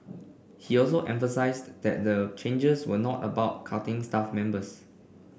he also emphasised that the changes were not about cutting staff members